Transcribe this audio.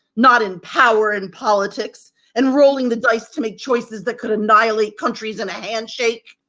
not in power and politics and rolling the dice to make choices that could annihilate countries in a handshake.